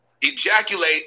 Ejaculate